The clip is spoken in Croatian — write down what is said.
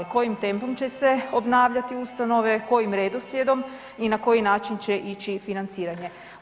Kojim tempom će se obnavljati te ustanove, kojim redoslijedom i na koji način će ići financiranje?